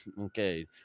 Okay